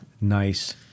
nice